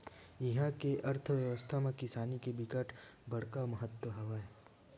इहा के अर्थबेवस्था म किसानी के बिकट बड़का महत्ता हवय